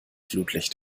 flutlicht